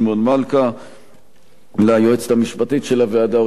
ליועצת המשפטית של הוועדה, עורכת-דין ארבל אסטרחן,